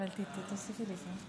מדברים בשם נשות ישראל.